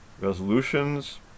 resolutions